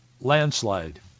landslide